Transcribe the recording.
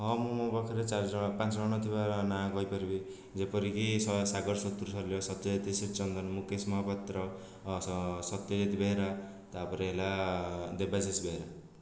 ହଁ ମୁଁ ମୋ ପାଖରେ ଚାରିଜଣ ପାଞ୍ଚଜଣ ଥିବାର ନାଁ କହିପାରିବି ଯେପରିକି ସାଗର ଶତ୍ରୁ ସର୍ବେୟ ସତ୍ୟଜିତ ଶ୍ରୀଚନ୍ଦନ ମୁକେଶ ମହାପାତ୍ର ସତ୍ୟଜିତ ବେହେରା ତା'ପରେ ହେଲା ଦେବାଶିଷ ବେହେରା